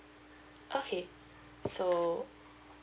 okay so